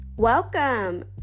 Welcome